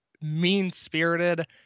mean-spirited